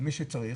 מי שצריך,